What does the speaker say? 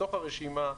בתוך הרשימה,